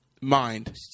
mind